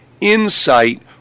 insight